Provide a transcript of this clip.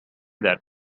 that